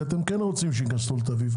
כי אתם כן רוצים שיכנסו לתל אביב.